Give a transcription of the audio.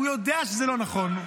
הוא יודע שזה לא נכון.